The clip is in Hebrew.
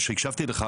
שהקשבתי לך,